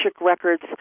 Records